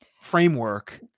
framework